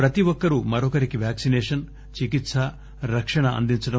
ప్రతి ఒక్కరూ మరొకరికి వాక్సినేషన్ చికిత్స రక్షణ అందించడం